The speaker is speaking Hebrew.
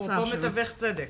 אפרופו מנגיש צדק.